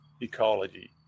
ecology